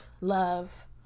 love